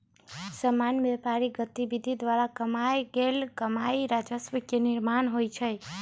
सामान्य व्यापारिक गतिविधि द्वारा कमायल गेल कमाइ से राजस्व के निर्माण होइ छइ